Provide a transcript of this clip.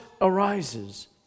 arises